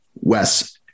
Wes